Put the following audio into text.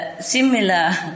similar